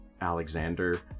Alexander